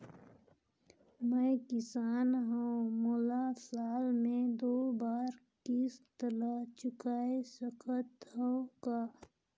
मैं किसान हव मोला साल मे दो बार किस्त ल चुकाय सकत हव का?